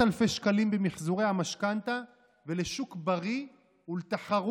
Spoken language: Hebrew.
אלפי שקלים במחזורי המשכנתה ולשוק בריא ולתחרות